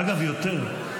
אגב, יותר.